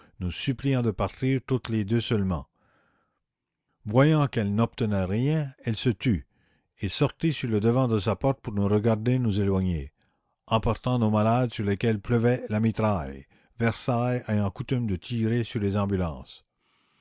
nous suppliant de partir toutes les deux seulement voyant qu'elle n'obtenait rien elle se tut et sortit sur le devant de sa porte pour nous regarder nous éloigner emportant la commune nos malades sur lesquels pleuvait la mitraille versailles ayant coutume de tirer sur les ambulances